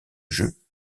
jeu